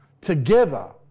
together